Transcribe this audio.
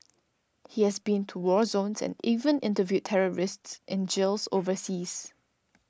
he has been to war zones and even interviewed terrorists in jails overseas